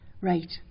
Right